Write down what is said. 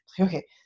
Okay